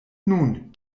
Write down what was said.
nun